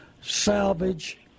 salvage